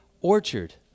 orchard